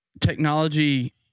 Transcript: technology